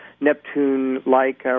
Neptune-like